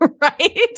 Right